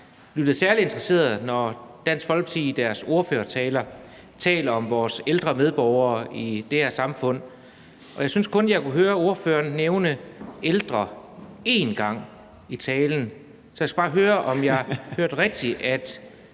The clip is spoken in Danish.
lyttet særlig interesseret, når Dansk Folkeparti i deres ordførertaler taler om vores ældre medborgere i det her samfund, og jeg syntes, jeg kun kunne høre ordføreren nævne ældre én gang i talen. Så jeg skal bare høre, om jeg hørte rigtigt, altså